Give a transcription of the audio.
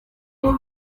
umwe